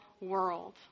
world